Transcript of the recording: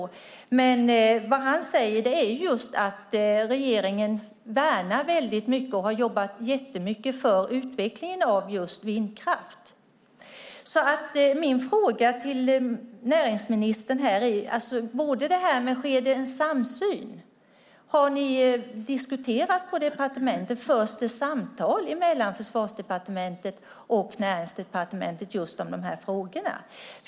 Vad miljöministern säger är att regeringen väldigt mycket värnar och har jobbat mycket för utvecklingen av vindkraft. Jag vill därför fråga näringsministern om det sker en samsyn, om ni har diskuterat detta på Näringsdepartementet och om det förs samtal mellan Försvarsdepartementet och Näringsdepartementet om de här frågorna.